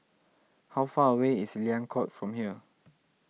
how far away is Liang Court from here